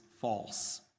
false